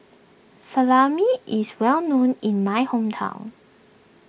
Salami is well known in my hometown